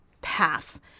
path